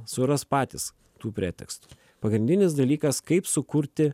suras patys tų pretekstų pagrindinis dalykas kaip sukurti